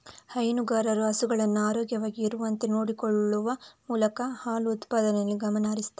ಹೈನುಗಾರರು ಹಸುಗಳನ್ನ ಆರೋಗ್ಯವಾಗಿ ಇರುವಂತೆ ನೋಡಿಕೊಳ್ಳುವ ಮೂಲಕ ಹಾಲು ಉತ್ಪಾದನೆಯಲ್ಲಿ ಗಮನ ಹರಿಸ್ತಾರೆ